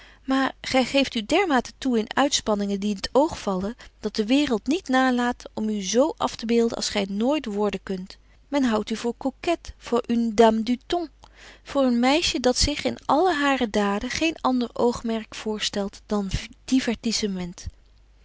maar gy geeft u dermate toe in uitspanningen die in t oog vallen dat de waereld niet nalaat om u z aftebeelden als gy betje wolff en aagje deken historie van mejuffrouw sara burgerhart nooit worden kunt men houdt u voor coquet voor une dame du ton voor een meisje dat zich in alle hare daden geen ander oogmerk voorstelt dan